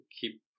keep